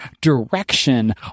direction